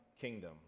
kingdom